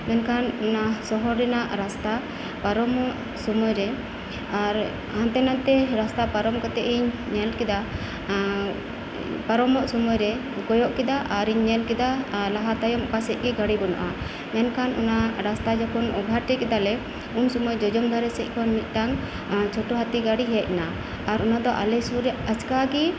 ᱢᱮᱱᱠᱷᱟᱱ ᱚᱱᱟ ᱥᱚᱦᱚᱨ ᱨᱮᱱᱟᱜ ᱨᱟᱥᱛᱟ ᱯᱟᱨᱚᱢᱚᱜ ᱥᱩᱢᱟᱹᱭ ᱨᱮ ᱟᱨ ᱦᱟᱱᱛᱮ ᱱᱟᱛᱮ ᱨᱟᱥᱛᱟ ᱯᱟᱨᱚᱢ ᱠᱟᱛᱮᱜ ᱤᱧ ᱧᱮᱞᱠᱮᱫᱟ ᱯᱟᱨᱚᱢᱚᱜ ᱥᱩᱢᱟᱹᱭ ᱨᱮ ᱠᱚᱭᱚᱜ ᱠᱮᱫᱟ ᱟᱨᱤᱧ ᱧᱮᱞ ᱠᱮᱫᱟ ᱞᱟᱦᱟ ᱛᱟᱭᱚᱢ ᱚᱠᱟᱥᱮᱫ ᱜᱮ ᱜᱟᱹᱰᱤ ᱵᱟᱹᱱᱩᱜᱼᱟ ᱢᱮᱱᱠᱷᱟᱱ ᱚᱱᱟ ᱨᱟᱥᱛᱟ ᱡᱚᱠᱷᱚᱱ ᱚᱵᱷᱟᱨᱴᱮᱹᱠ ᱮᱫᱟᱞᱮ ᱩᱱ ᱥᱩᱢᱟᱹᱭ ᱡᱚᱡᱚᱢ ᱫᱷᱟᱨᱮ ᱥᱮᱫ ᱠᱷᱚᱱ ᱢᱤᱫᱴᱟᱝ ᱪᱷᱚᱴᱚ ᱦᱟᱛᱤ ᱜᱟᱹᱰᱤ ᱦᱮᱡ ᱮᱱᱟ ᱟᱨ ᱚᱱᱟᱫᱚ ᱟᱞᱮᱥᱩᱨ ᱨᱮ ᱟᱪᱠᱟᱜᱮ